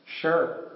Sure